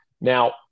Now